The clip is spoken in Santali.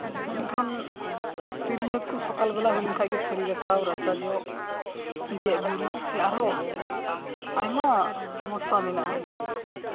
ᱢᱮᱱᱠᱷᱟᱱ ᱛᱤᱨᱞᱟᱹ ᱠᱚ ᱥᱚᱠᱟᱞ ᱵᱮᱞᱟ ᱦᱩᱭ ᱞᱮᱱᱠᱷᱟᱡ ᱜᱮ ᱛᱷᱟᱹᱨᱤ ᱜᱟᱥᱟᱣ ᱨᱟᱪᱟ ᱡᱚᱜ ᱜᱮᱡ ᱜᱩᱨᱤᱡ ᱥᱮ ᱟᱨᱦᱚᱸ ᱟᱭᱢᱟ ᱥᱚᱢᱚᱥᱥᱟ ᱢᱮᱱᱟᱜᱼᱟ